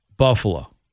Buffalo